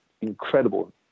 incredible